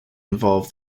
involve